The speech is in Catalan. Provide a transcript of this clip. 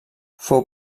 fou